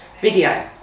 video